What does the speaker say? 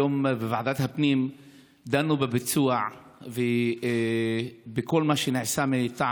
היום בוועדת הפנים דנו בביצוע ובכל מה שנעשה מטעם